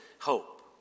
hope